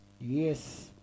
Yes